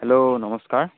hello নমস্কাৰ